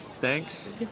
thanks